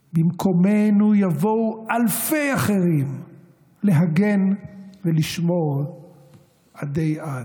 / במקומנו יבואו אלפי אחרים / להגן ולשמור עדי עד."